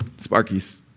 Sparky's